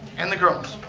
and the girls.